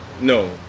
No